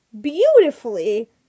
beautifully